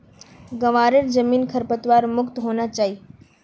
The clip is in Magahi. ग्वारेर जमीन खरपतवार मुक्त होना चाई